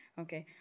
okay